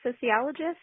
sociologist